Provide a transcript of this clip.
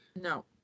No